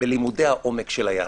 בלימודי העומק של היהדות,